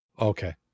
Okay